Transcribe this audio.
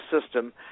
system